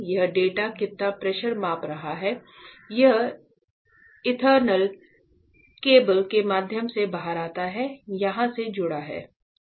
यह डाटा कितना प्रेशर माप रहा है यह ईथरनेट केबल के माध्यम से बाहर आता है यहां से जुड़ा है